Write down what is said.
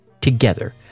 together